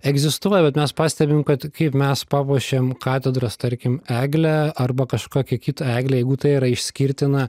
egzistuoja bet mes pastebim kad kaip mes papuošėm katedros tarkim eglę arba kažkokią kitą eglę jeigu tai yra išskirtina